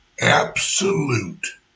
absolute